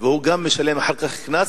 והוא גם משלם אחר כך קנס,